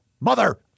Mother